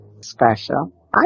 special